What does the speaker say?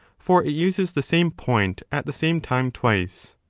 for it uses the same point at the same time twice.